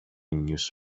news